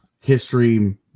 history